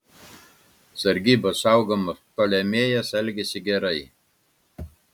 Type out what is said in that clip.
sargybos saugomas ptolemėjas elgėsi gerai